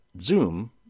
Zoom